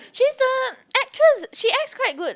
she's the actress she acts quite good